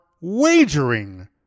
wagering